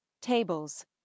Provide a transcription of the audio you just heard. Tables